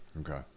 okay